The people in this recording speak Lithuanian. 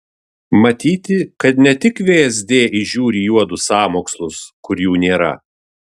matyti kad ne tik vsd įžiūri juodus sąmokslus kur jų nėra